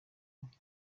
uko